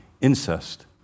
Incest